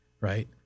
right